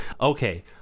Okay